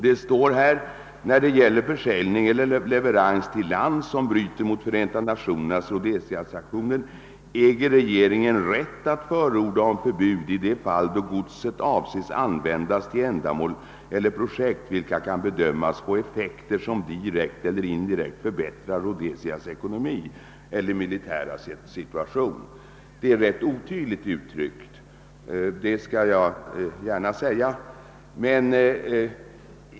Det står där: »När det gäller försäljning eller leverans till land som bryter mot Förenta Nationernas Rhodesia-sanktioner äger regeringen rätt att förordna om förbud i de fall då godset avses användas till ändamål eller projekt, vilka kan bedömas få effekter som direkt eller indirekt förbättrar Rhodesias ekonomi eller militära situation.» Jag måste säga att detta är rätt otydligt uttryckt.